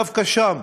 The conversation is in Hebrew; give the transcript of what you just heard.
דווקא שם